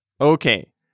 Okay